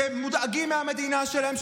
שמודאגים מהמדינה שלהם,